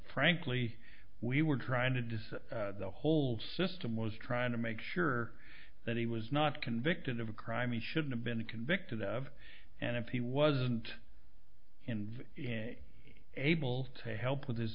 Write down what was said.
frankly we were trying to decide the whole system was trying to make sure that he was not convicted of a crime he should have been convicted of and if he wasn't and able to help with his